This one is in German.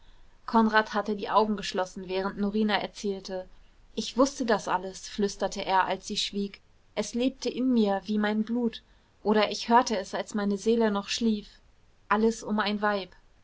konrad hatte die augen geschlossen während norina erzählte ich wußte das alles flüsterte er als sie schwieg es lebte in mir wie mein blut oder ich hörte es als meine seele noch schlief alles um ein weib